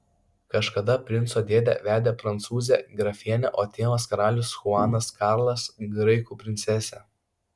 kažkada princo dėdė vedė prancūzę grafienę o tėvas karalius chuanas karlas graikų princesę